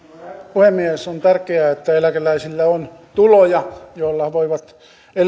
puhemies on tärkeää että eläkeläisillä on tuloja joilla he voivat